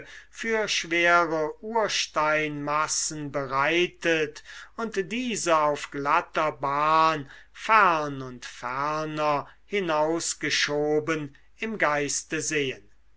für schwere ursteinmassen bereitet und diese auf glatter bahn fern und ferner hinausgeschoben im geiste sehen